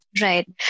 Right